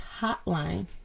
hotline